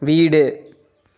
வீடு